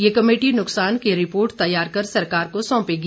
ये कमेटी नुकसान की रिपोर्ट तैयार कर सरकार को सौंपेगी